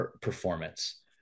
performance